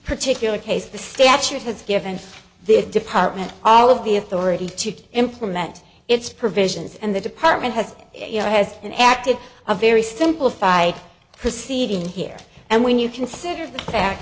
particular case the statute has given the it department all of the authority to implement its provisions and the department has you know has an active a very simplified proceeding here and when you consider the fact